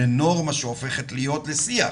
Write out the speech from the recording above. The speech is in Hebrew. לנורמה שהופכת להיות שיח